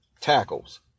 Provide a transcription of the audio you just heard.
Tackles